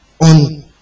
on